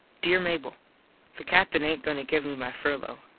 dere mable the captin aint goin to give me my furlo.